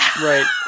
Right